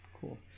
Cool